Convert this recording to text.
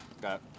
got